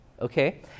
okay